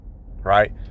right